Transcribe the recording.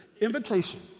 invitation